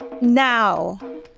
Now